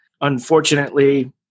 unfortunately